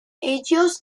agios